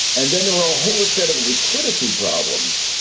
and then there are a whole set of liquidity problems.